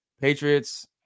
Patriots